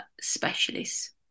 specialists